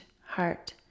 heart